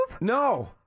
No